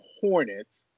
Hornets